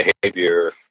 behavior